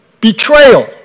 betrayal